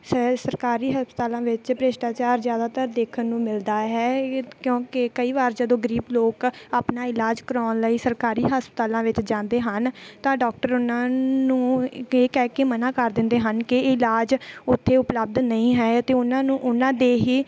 ਸੈ ਸਰਕਾਰੀ ਹਸਪਤਾਲਾਂ ਵਿੱਚ ਭ੍ਰਿਸ਼ਟਾਚਾਰ ਜ਼ਿਆਦਾਤਰ ਦੇਖਣ ਨੂੰ ਮਿਲਦਾ ਹੈ ਕਿਉਂਕਿ ਕਈ ਵਾਰ ਜਦੋਂ ਗਰੀਬ ਲੋਕ ਆਪਣਾ ਇਲਾਜ ਕਰਵਾਉਣ ਲਈ ਸਰਕਾਰੀ ਹਸਪਤਾਲਾਂ ਵਿੱਚ ਜਾਂਦੇ ਹਨ ਤਾਂ ਡੋਕਟਰ ਉਹਨਾਂ ਨੂੰ ਇਹ ਕਹਿ ਕੇ ਮਨਾ ਕਰ ਦਿੰਦੇ ਹਨ ਕਿ ਇਲਾਜ ਉੱਥੇ ਉਪਲੱਬਧ ਨਹੀਂ ਹੈ ਅਤੇ ਉਹਨਾਂ ਨੂੰ ਉਹਨਾਂ ਦੇ ਹੀ